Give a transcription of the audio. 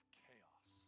chaos